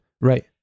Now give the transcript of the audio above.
Right